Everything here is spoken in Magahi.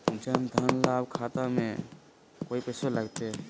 जन धन लाभ खाता में कोइ पैसों लगते?